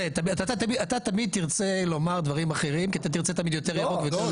אתה תמיד תרצה לומר דברים אחרים כי אתה תרצה תמיד יותר ירוק ויותר זה,